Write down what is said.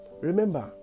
remember